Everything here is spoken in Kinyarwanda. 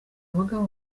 bagabo